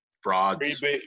Frauds